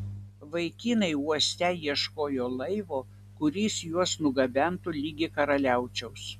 vaikinai uoste ieškojo laivo kuris juos nugabentų ligi karaliaučiaus